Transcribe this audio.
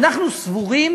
אנחנו סבורים